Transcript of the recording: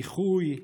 איחוי,